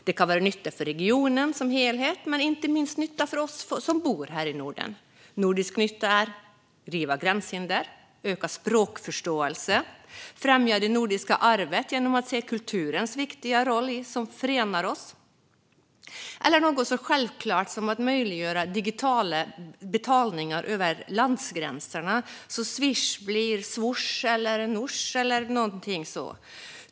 Det kan vara nytta för regionen som helhet, men inte minst nytta för oss som bor här i Norden. Nordisk nytta är att riva gränshinder, öka språkförståelse, främja det nordiska arvet genom att se kulturens viktiga roll för att förena oss eller något så självklart som att möjliggöra digitala betalningar över landsgränserna, så att Swish blir Swosh eller Nosh eller något sådant.